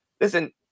Listen